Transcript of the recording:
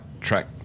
track